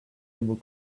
able